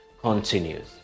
continues